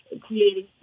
creating